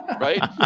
right